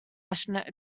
passionate